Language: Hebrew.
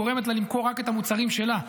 גורמת לה למכור רק את המוצרים שלה,